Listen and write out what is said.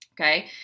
okay